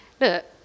look